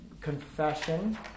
Confession